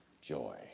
joy